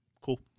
Cool